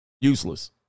Useless